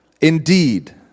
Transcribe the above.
Indeed